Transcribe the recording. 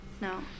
no